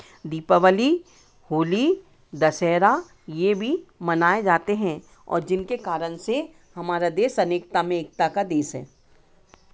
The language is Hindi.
दीपावली होली दशहरा ये भी मनाए जाते हैं और जिनके कारण से हमारा देश अनेकता में एकता का देश है